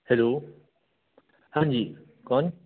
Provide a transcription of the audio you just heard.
hello हाँ जी कौन